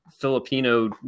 Filipino